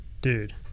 Dude